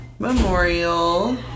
Memorial